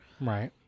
Right